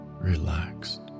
Relaxed